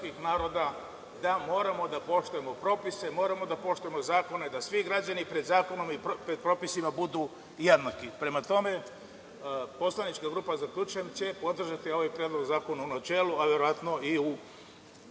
da moramo da poštujemo propise, moramo da poštujemo zakone, da svi građani pred zakonom i pred propisima budu jednaki. Prema tome, poslanička grupa zaključujem, će podržati ovaj predlog zakona u načelu, verovatno i u